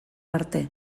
arte